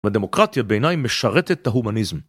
והדמוקרטיה בעיניי משרתת את ההומניזם.